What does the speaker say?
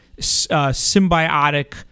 symbiotic